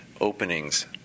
openings